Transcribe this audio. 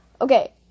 okay